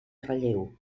relleu